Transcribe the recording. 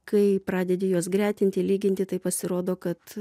kai pradedi juos gretinti lyginti tai pasirodo kad